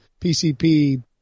PCP